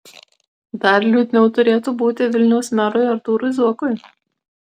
dar liūdniau turėtų būti vilniaus merui artūrui zuokui